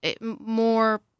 more